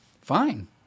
Fine